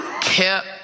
kept